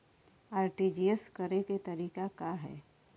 RTGS करे के तरीका का हैं?